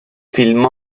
film